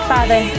Father